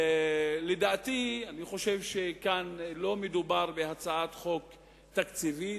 אני חושב שכאן לא מדובר בהצעת חוק תקציבית,